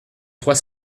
trois